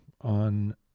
on